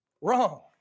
Wrong